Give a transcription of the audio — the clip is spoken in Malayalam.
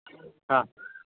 ആ